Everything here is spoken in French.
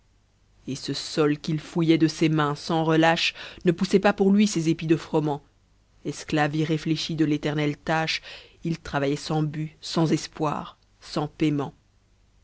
et ce sol qu'il fouillait de ses mains sans relâche ne poussait pas pour lui ses épis de froment esclave irréfléchi de l'éternelle tâche il travaillait sans but sans espoir sans paîment